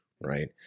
right